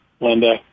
Linda